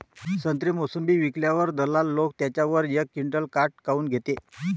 संत्रे, मोसंबी विकल्यावर दलाल लोकं त्याच्यावर एक क्विंटल काट काऊन घेते?